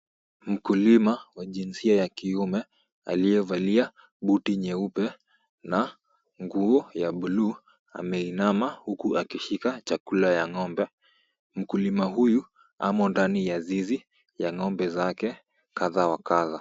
Mkulima wa jinsia ya kiume aliyevalia buti nyeupe na nguo ya bluu ameinama huku akishika chakula ya ng'ombe. Mkulima huyu amo ndani ya zizi ya ng'ombe zake kadha wa kadha.